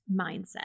mindset